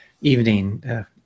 evening